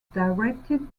directed